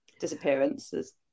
disappearances